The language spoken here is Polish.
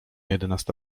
jedenasta